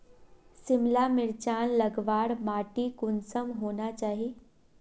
सिमला मिर्चान लगवार माटी कुंसम होना चही?